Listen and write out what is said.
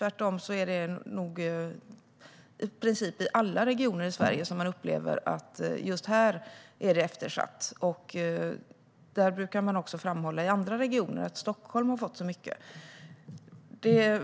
Tvärtom upplever man i alla regioner i Sverige att just där är det eftersatt. Andra regioner brukar framhålla att Stockholm har fått så mycket.